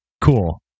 Cool